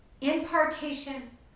impartation